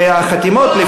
החתימות,